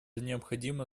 необходимо